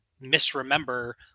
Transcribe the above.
misremember